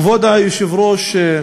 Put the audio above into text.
כבוד היושב-ראש,